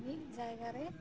ᱢᱤᱫ ᱡᱟᱭᱜᱟ ᱨᱮ